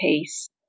pace